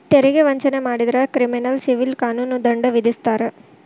ತೆರಿಗೆ ವಂಚನೆ ಮಾಡಿದ್ರ ಕ್ರಿಮಿನಲ್ ಸಿವಿಲ್ ಕಾನೂನು ದಂಡ ವಿಧಿಸ್ತಾರ